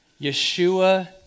Yeshua